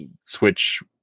switch